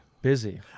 busy